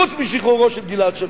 חוץ משחרורו של גלעד שליט,